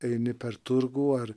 eini per turgų ar